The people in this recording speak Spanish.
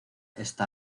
esta